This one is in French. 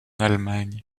allemagne